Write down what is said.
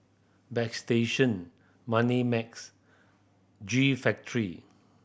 Bagstationz Moneymax G Factory